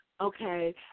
okay